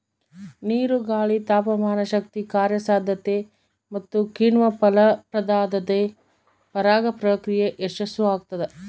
ನೀರು ಗಾಳಿ ತಾಪಮಾನಶಕ್ತಿ ಕಾರ್ಯಸಾಧ್ಯತೆ ಮತ್ತುಕಿಣ್ವ ಫಲಪ್ರದಾದ್ರೆ ಪರಾಗ ಪ್ರಕ್ರಿಯೆ ಯಶಸ್ಸುಆಗ್ತದ